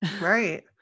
Right